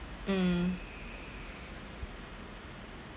mm